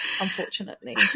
unfortunately